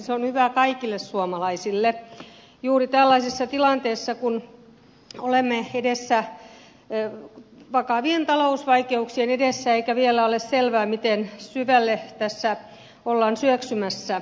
se on hyvä kaikille suomalaisille juuri tällaisessa tilanteessa kun olemme vakavien talousvaikeuksien edessä eikä vielä ole selvää miten syvälle tässä ollaan syöksymässä